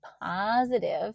positive